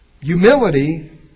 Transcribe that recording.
Humility